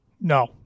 no